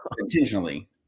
intentionally